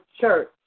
church